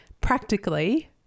Practically